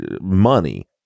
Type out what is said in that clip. money